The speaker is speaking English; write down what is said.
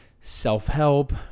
self-help